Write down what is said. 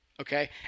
okay